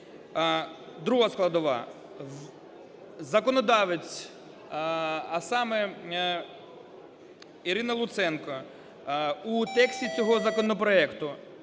Друга складова. Законодавець, а саме Ірина Луценко у тексті цього законопроекту